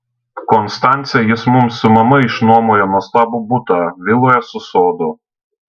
konstance jis mums su mama išnuomojo nuostabų butą viloje su sodu